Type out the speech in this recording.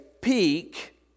peak